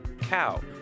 cow